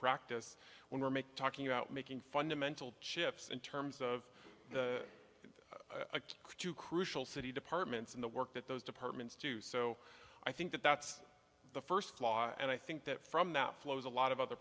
make talking about making fundamental shifts in terms of the two crucial city departments in the work that those departments do so i think that that's the first law and i think that from that flows a lot of other